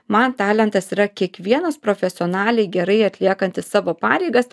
man talentas yra kiekvienas profesionaliai gerai atliekantis savo pareigas